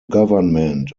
government